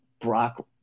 Brock